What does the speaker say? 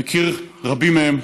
אני מכיר רבים מהם.